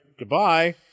goodbye